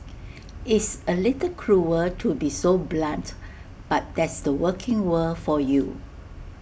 it's A little cruel were to be so blunt but that's the working world for you